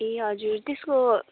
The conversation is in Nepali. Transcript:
ए हजुर त्यसको